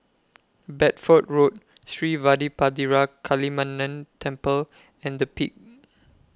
Bedford Road Sri Vadapathira Kaliamman Temple and The Peak